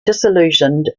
disillusioned